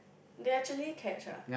they actually catch ah